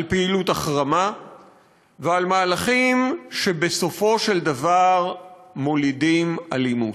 על פעילות החרמה ועל מהלכים שבסופו של דבר מולידים אלימות.